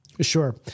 Sure